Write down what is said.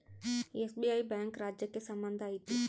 SBI bank ರಾಜ್ಯಕ್ಕೆ ಸಂಬಂಧ ಐತಿ